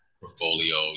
portfolio